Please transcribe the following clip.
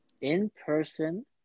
in-person